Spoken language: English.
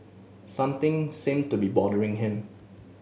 something seem to be bothering him